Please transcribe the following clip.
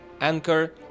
Anchor